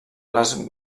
les